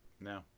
no